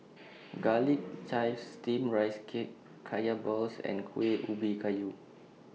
Garlic Chives Steamed Rice Cake Kaya Balls and Kueh Ubi Kayu